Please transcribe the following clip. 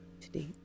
today